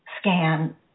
scan